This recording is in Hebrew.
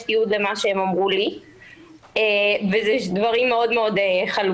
תיעוד של הדברים שהם אמרו לי ואלה דברים מאוד מאוד חלוקים.